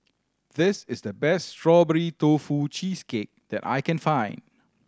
this is the best Strawberry Tofu Cheesecake that I can find